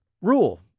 Rule